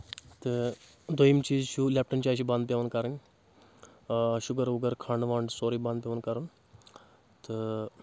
تہٕ دٔوٚیِم چیٖز چھُ لیپٹن چاے چھِ پٮ۪وان بنٛد پؠوان کرٕنۍ شُگر وُگر کھنڈ ونٛڈ سورُے بنٛد پؠوان کرُن تہٕ